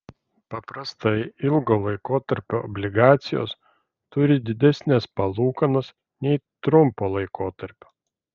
paprastai ilgo laikotarpio obligacijos turi didesnes palūkanas nei trumpo laikotarpio